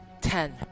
Ten